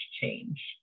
change